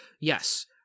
yes